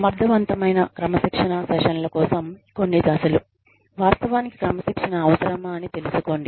సమర్థవంతమైన క్రమశిక్షణా సెషన్ల కోసం కొన్ని దశలు వాస్తవానికి క్రమశిక్షణ అవసరమా అని తెలుసుకోండి